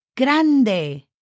Grande